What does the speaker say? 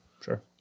sure